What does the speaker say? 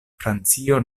francio